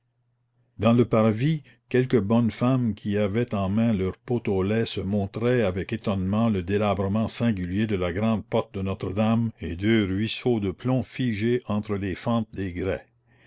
dans le parvis quelques bonnes femmes qui avaient en main leur pot au lait se montraient avec étonnement le délabrement singulier de la grande porte de notre-dame et deux ruisseaux de plomb figés entre les fentes des